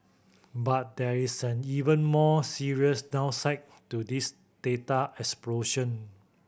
but there is an even more serious downside to this data explosion